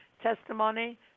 testimony